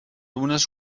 unes